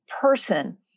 person